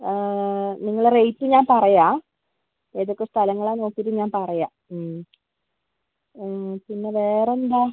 നിങ്ങളുടെ റേറ്റ് ഞാൻ പറയാം ഏതൊക്കെ സ്ഥലങ്ങളാന്ന് നോക്കീട്ട് ഞാൻ പറയാം പിന്നെ വേറെന്താ